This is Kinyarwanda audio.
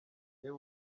reba